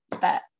but-